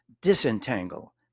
disentangle